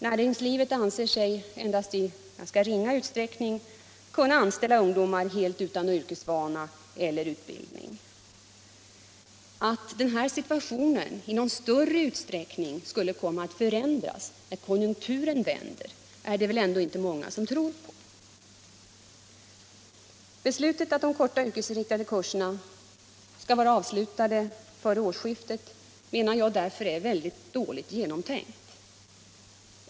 Näringslivet anser sig endast i ganska ringa utsträckning kunna anställa ungdomar som är helt utan yrkesvana eller utbildning. Att situationen i någon större utsträckning skulle komma att förändras när konjunkturen vänder är det väl inte många som tror. Beslutet att de korta yrkesinriktade kurserna skall vara avslutade före årsskiftet menar jag därför är dåligt genomtänkt.